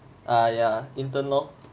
err yeah intern lor